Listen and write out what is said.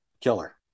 killer